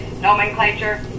nomenclature